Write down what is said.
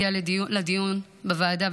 הגיעה לדיון בוועדה,